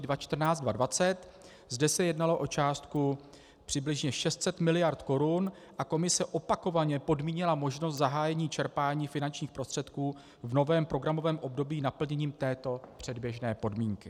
Zde se jednalo o částku přibližně 600 mld. korun a Komise opakovaně podmínila možnost zahájení čerpání finančních prostředků v novém programovém období naplněním této předběžné podmínky.